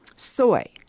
Soy